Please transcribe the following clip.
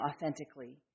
authentically